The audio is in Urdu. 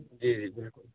جی بالکل